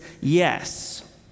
yes